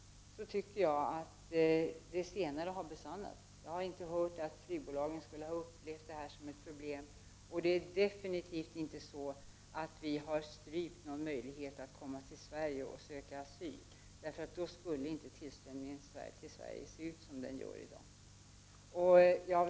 Jag anser att det senare har besannats. Jag har inte hört att flygbolagen skulle ha upplevt det som ett problem, och regeringen har definitivt inte strypt någon möjlighet för flyktingar att komma till Sverige och söka asyl. Om det var fallet skulle inte tillströmningen av flyktingar till Sverige se ut som den gör i dag.